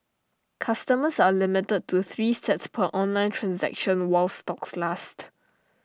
customers are limited to three sets per online transaction while stocks last